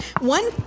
one